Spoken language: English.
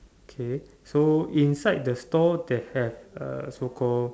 K so inside the store they have uh so called